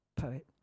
poet